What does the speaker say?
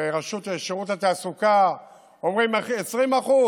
ובשירות התעסוקה אומרים 20%,